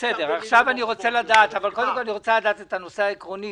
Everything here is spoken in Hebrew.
קודם כל אני רוצה לדעת את הנושא העקרוני,